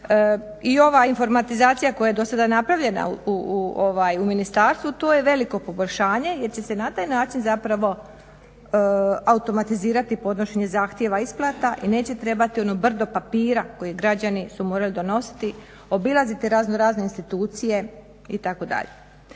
I ova informatizacija koja je do sada napravljena u ministarstvu, to je veliko poboljšanje jer će se na taj način zapravo automatizirati podnošenje zahtjeva isplata i neće trebati ono brdo papira koje građani su morali donositi, obilaziti razno razne institucije, itd.